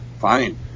fine